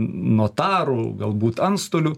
notarų galbūt antstolių